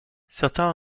certains